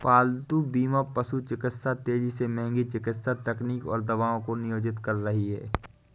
पालतू बीमा पशु चिकित्सा तेजी से महंगी चिकित्सा तकनीकों और दवाओं को नियोजित कर रही है